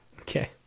Okay